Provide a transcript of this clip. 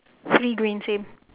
three green same